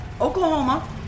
Oklahoma